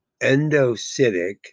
endocytic